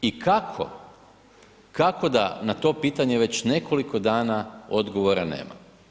I kako, kako da na to pitanje već nekoliko dana odgovora nema.